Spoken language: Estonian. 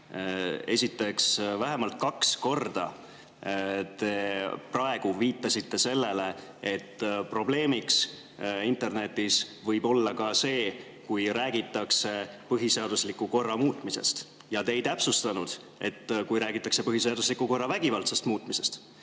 Esiteks, vähemalt kaks korda te viitasite sellele, et probleemiks internetis võib olla ka see, kui räägitakse põhiseadusliku korra muutmisest. Te ei täpsustanud, et kui räägitakse põhiseadusliku korra vägivaldsest muutmisest.